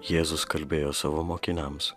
jėzus kalbėjo savo mokiniams